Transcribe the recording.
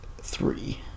three